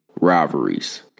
rivalries